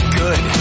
good